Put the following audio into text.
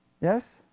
Yes